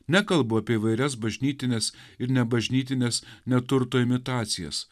nekalbu apie įvairias bažnytines ir nebažnytinės neturto imitacijas